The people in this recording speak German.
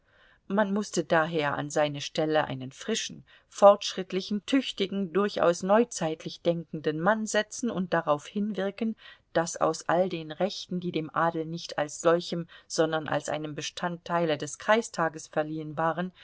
man mußte daher an seine stelle einen frischen fortschrittlichen tüchtigen durchaus neuzeitlich denkenden mann setzen und darauf hinwirken daß aus all den rechten die dem adel nicht als solchem sondern als einem bestandteile des kreistages verliehen waren